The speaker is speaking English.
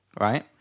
right